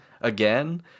again